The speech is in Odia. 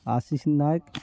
ଆଶିଷ ନାୟକ